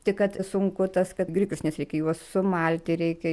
tik kad sunku tas kad grikius nes reikia juos sumalti reikia